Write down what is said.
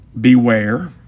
Beware